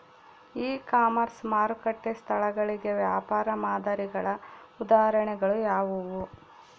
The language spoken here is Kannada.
ಇ ಕಾಮರ್ಸ್ ಮಾರುಕಟ್ಟೆ ಸ್ಥಳಗಳಿಗೆ ವ್ಯಾಪಾರ ಮಾದರಿಗಳ ಉದಾಹರಣೆಗಳು ಯಾವುವು?